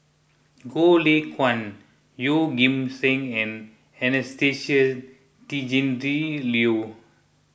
Goh Lay Kuan Yeoh Ghim Seng and Anastasia Tjendri Liew